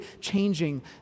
changing